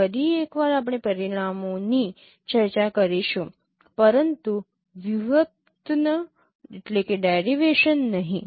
ફરી એકવાર આપણે પરિણામોની ચર્ચા કરીશું પરંતુ વ્યુત્પન્ન નહીં